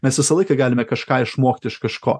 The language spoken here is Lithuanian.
mes visą laiką galime kažką išmokti iš kažko